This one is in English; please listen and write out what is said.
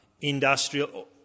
industrial